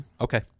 Okay